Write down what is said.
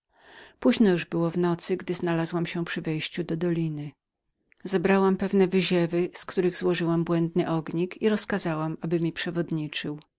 późno już było w nocy gdy przybyłam do wejścia do doliny zebrałam pewne wyziewy z których złożyłam błębnybłędny ognik i rozkazałam aby mi przewodniczył